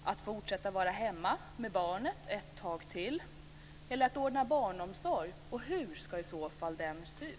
Ska man fortsätta att vara hemma med barnet ett tag till eller ordna barnomsorg, och hur ska den i så fall se ut?